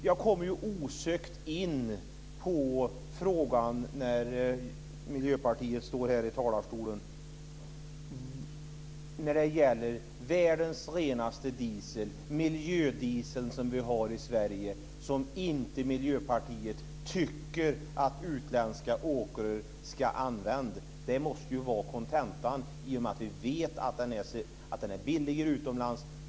När Miljöpartiets talesman står här i talarstolen kommer jag osökt in på frågan om världens renaste diesel, miljödieseln, som vi har i Sverige men som Miljöpartiet inte tycker att utländska åkare ska använda. Det måste ju vara kontentan i och med att vi vet att den är billigare utomlands.